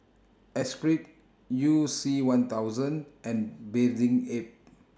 Esprit YOU C one thousand and Bathing Ape